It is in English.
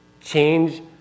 change